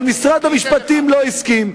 אבל משרד המשפטים לא הסכים.